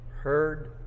heard